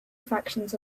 fractions